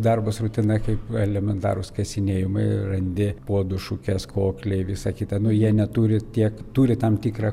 darbas rutina kaip elementarūs kasinėjimai randi puodų šukės kokliai visą kitą nu jie neturi tiek turi tam tikrą